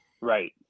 Right